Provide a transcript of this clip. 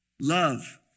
Love